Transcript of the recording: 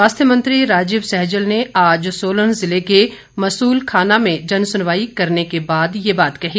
स्वास्थ्य मंत्री राजीव सैजल ने आज सोलन ज़िले के मसूलखाना में जनसुनवाई करने के बाद यह बात कही